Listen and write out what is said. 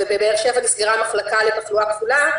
ובבאר שבע נסגרה מחלקה לתחלואה כפולה,